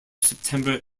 september